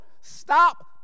Stop